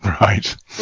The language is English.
Right